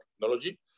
technology